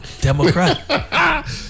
Democrat